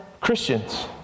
Christians